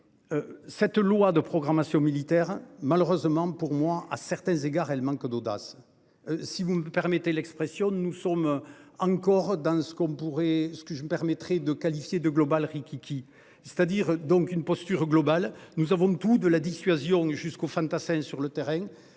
Cette loi de programmation militaire. Malheureusement pour moi à certains égards, elle manque d'audace. Si vous me permettez l'expression, nous sommes encore dans ce qu'on pourrait, ce que je me permettrai de qualifier de Global riquiqui, c'est-à-dire donc une posture globale, nous avons tous de la dissuasion jusqu'aux. Sur le terrain